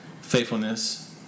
faithfulness